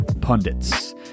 Pundits